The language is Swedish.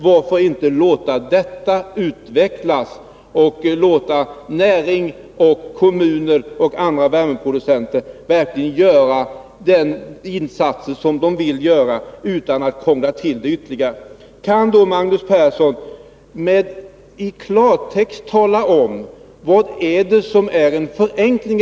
Varför inte låta detta utvecklas och låta näringar och kommuner och andra värmeproducenter verkligen göra den insats som de vill göra i stället för att krångla till det ytterligare? Kan Magnus Persson i klartext tala om vad det är som innebär en förenkling?